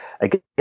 again